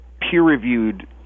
peer-reviewed